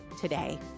today